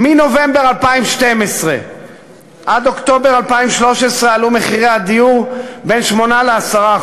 מנובמבר 2012 עד אוקטובר 2013 עלו מחירי הדיור בין 8% ל-10%.